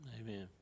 Amen